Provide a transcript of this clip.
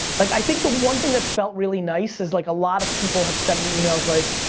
like i think the one thing that's felt really nice is like a lot of people have sent me emails like,